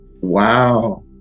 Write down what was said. Wow